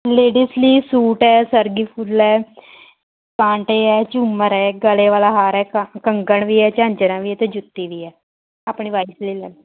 ladies ਲਈ suit ਹੈ ਸੱਗੀ ਫੁੱਲ ਹੈ ਕਾਂਟੇ ਹੈ ਝੁੰਮਰ ਹੈ ਗਲੇ ਵਾਲਾ ਹਾਰ ਹੈ ਕ ਕੰਗਣ ਵੀ ਹੈ ਝਾਂਜਰਾਂ ਵੀ ਹੈ ਅਤੇ ਜੁੱਤੀ ਵੀ ਹੈ ਆਪਣੀ ਵਾਈਫ਼ ਲਈ ਲੈ